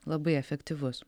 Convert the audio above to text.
labai efektyvus